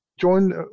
join